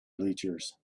bleachers